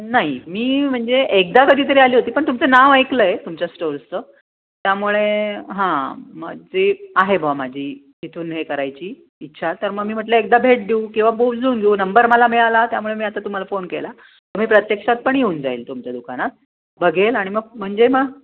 नाही मी म्हणजे एकदा कधीतरी आली होती पण तुमचं नाव ऐकलं आहे तुमच्या स्टोर्सचं त्यामुळे हां मग जे आहे बुवा माझी तिथून हे करायची इच्छा तर मग मी म्हटलं एकदा भेट देऊ किंवा बोलून घेऊ नंबर मला मिळाला त्यामुळे मी आता तुम्हाला फोन केला मी प्रत्यक्षात पण येऊन जाईल तुमच्या दुकानात बघेल आणि मग म्हणजे मग